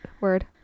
Word